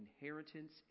inheritance